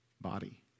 body